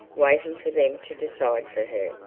waiting for them to decide for her.